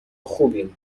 خوبیم